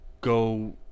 go